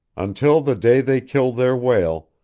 until the day they killed their whale,